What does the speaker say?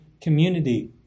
community